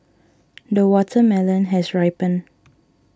the watermelon has ripened